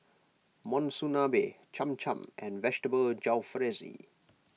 Monsunabe Cham Cham and Vegetable Jalfrezi